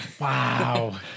Wow